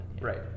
Right